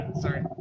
Sorry